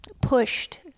pushed